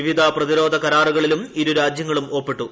വിവിധ പ്രതിരോധ ക്ടർറ്റുകളിലും ഇരു രാജ്യങ്ങളും ഒപ്പിട്ടു